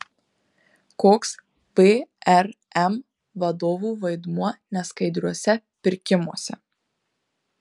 koks vrm vadovų vaidmuo neskaidriuose pirkimuose